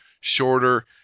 shorter